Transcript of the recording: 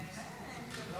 שלום,